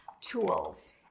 tools